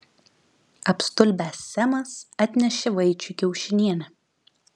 apstulbęs semas atnešė vaičiui kiaušinienę